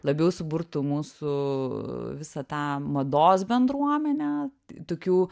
labiau suburtų mūsų visą tą mados bendruomenę tokių